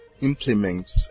implement